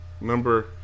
number